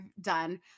done